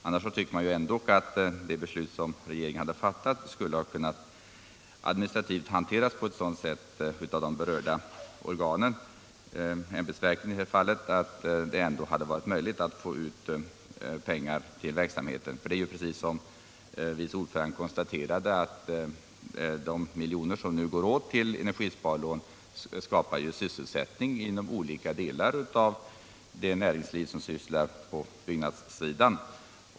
Annars tycker man att 59 fråga 60 det beslut som regeringen har fattat administrativt skulle kunna hanteras på ett sådant sätt av ämbetsverken, att det hade varit möjligt att få ut pengarna till verksamheten. Såsom vice ordföranden konstaterade skapar ju de miljoner som nu går till energisparlån sysselsättning inom olika delar av det näringsliv, som verkar på byggnadssidan.